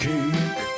Cake